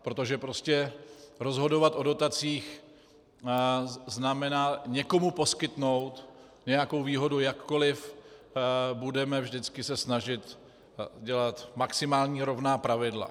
Protože prostě rozhodovat o dotacích znamená někomu poskytnout nějakou výhodu, jakkoli se budeme vždycky snažit dělat maximálně rovná pravidla.